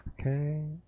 Okay